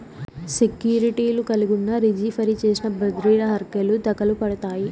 సెక్యూర్టీలు కలిగున్నా, రిజీ ఫరీ చేసి బద్రిర హర్కెలు దకలుపడతాయి